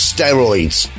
Steroids